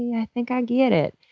yeah i think i get it,